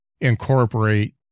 incorporate